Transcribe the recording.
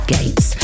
Gates